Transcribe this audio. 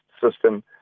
system